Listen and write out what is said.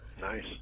Nice